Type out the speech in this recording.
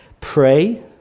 Pray